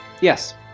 Yes